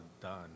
done